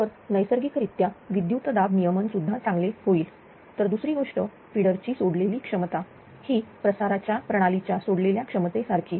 तर नैसर्गिकरित्या विद्युत दाब नियमन सुद्धा चांगले होईल तर दुसरी गोष्ट फिडर ची सोडलेली क्षमता ही प्रसाराच्या प्रणालीच्या सोडलेल्या क्षमते सारखी